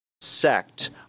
sect